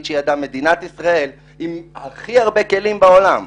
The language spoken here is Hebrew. שידעה מדינת ישראל עם הכי הרבה כלים בעולם.